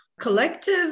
collective